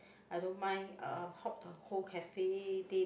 I don't mind uh hop the whole cafe day